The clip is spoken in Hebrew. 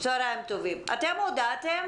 אתם הודעתם